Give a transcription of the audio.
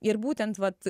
ir būtent vat